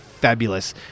fabulous